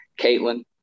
Caitlin